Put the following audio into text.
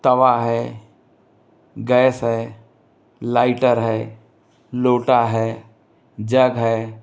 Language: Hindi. तवा है गैस है लाइटर है लोटा है जग है